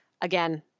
again